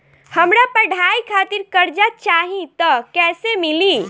हमरा पढ़ाई खातिर कर्जा चाही त कैसे मिली?